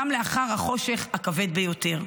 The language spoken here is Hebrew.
גם לאחר החושך הכבד ביותר.